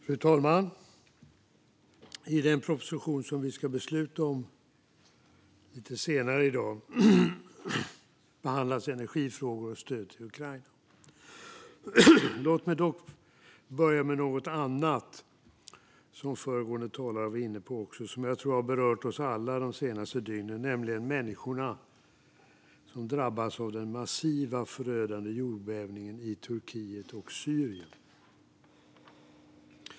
Fru talman! I den proposition vi ska besluta om lite senare i dag behandlas energifrågor och stöd till Ukraina. Låt mig dock börja med något som föregående talare var inne på och som jag tror har berört oss alla de senaste dygnen, nämligen människorna som drabbats av den massiva, förödande jordbävningen i Turkiet och Syrien.